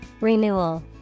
Renewal